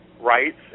rights